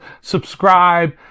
subscribe